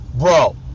bro